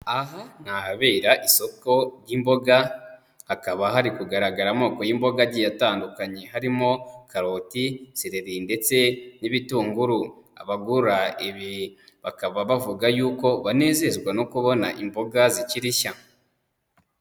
Aha ni ahabera isoko ry'imboga, hakaba hari kugaragara amoko y'imboga agiye atandukanye, harimo karoti, sireri ndetse n'ibitunguru, abagura ibi bakaba bavuga yuko banezezwa no kubona imboga zikiri nshya.